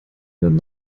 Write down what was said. wenn